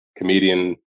comedian